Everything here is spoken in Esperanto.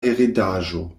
heredaĵo